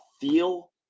feel